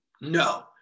No